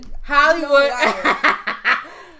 Hollywood